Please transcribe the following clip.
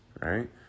right